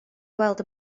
gweld